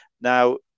Now